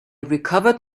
recovered